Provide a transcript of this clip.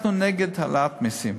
אנחנו נגד העלאת מסים.